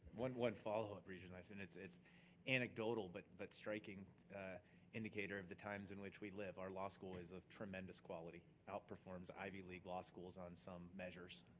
one one follow up, regent. i think it's it's anecdotal but but striking indicator of the times in which we live. our law school is of tremendous quality. outperforms ivy league law schools on some measures,